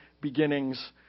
beginnings